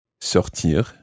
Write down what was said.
Sortir